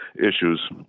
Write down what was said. issues